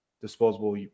disposable